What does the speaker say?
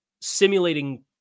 simulating